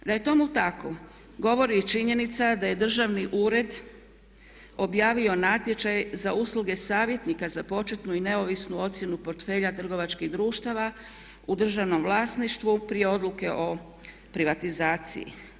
Da je tome tako, govori činjenica da je Državni ured objavio natječaj za usluge savjetnika za početnu i neovisnu ocjenu portfelja trgovačkih društava u državnom vlasništvu prije odluke o privatizaciji.